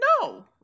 No